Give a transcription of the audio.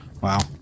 Wow